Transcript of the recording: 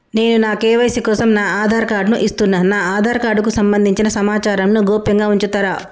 నేను నా కే.వై.సీ కోసం నా ఆధార్ కార్డు ను ఇస్తున్నా నా ఆధార్ కార్డుకు సంబంధించిన సమాచారంను గోప్యంగా ఉంచుతరా?